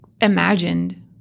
imagined